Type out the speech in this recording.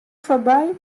foarby